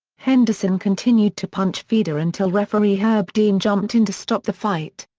henderson continued to punch fedor until referee herb dean jumped in to stop the fight.